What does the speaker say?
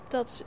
Dat